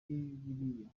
biriya